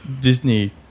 disney